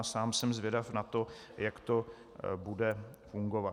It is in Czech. Sám jsem zvědav na to, jak to bude fungovat.